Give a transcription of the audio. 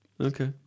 Okay